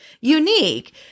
unique